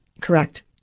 Correct